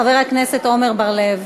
חבר הכנסת עמר בר-לב.